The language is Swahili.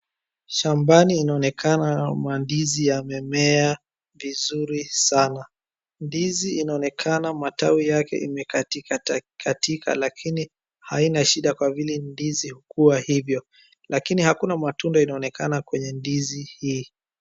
Shambani inaonekana mandizi yamemea vizuri sana. Ndizi inaonekana matawi yake imekatikakatika lakini haina shida kwa vile ndizi hukua hivyo lakini akuna matunda inaonekana kwenye ndizi hii.